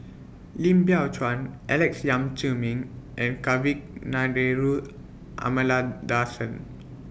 Lim Biow Chuan Alex Yam Ziming and Kavignareru Amallathasan